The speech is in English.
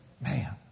Man